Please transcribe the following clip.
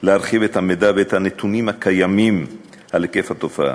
להרחיב את המידע ואת הנתונים הקיימים על היקף התופעה,